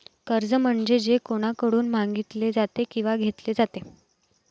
कर्ज म्हणजे जे कोणाकडून मागितले जाते किंवा घेतले जाते